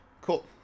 Cool